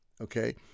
okay